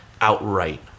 outright